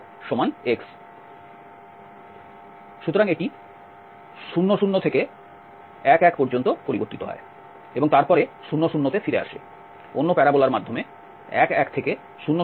সুতরাং এটি 0 0 থেকে 1 1 পর্যন্ত পরিবর্তিত হয় এবং তারপরে 0 0 তে ফিরে আসে অন্য প্যারাবোলার মাধ্যমে 11 থেকে 00 পর্যন্ত ফিরে আসে